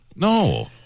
No